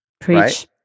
Preach